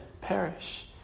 perish